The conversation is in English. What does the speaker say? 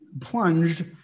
plunged